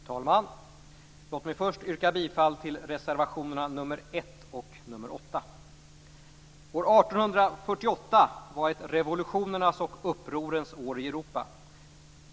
Fru talman! Låt mig först yrka bifall till reservationerna nr 1 och 8. År 1848 var ett revolutionernas och upprorens år i Europa.